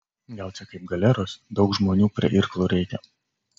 gal čia kaip galeros daug žmonių prie irklų reikia